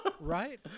Right